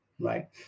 Right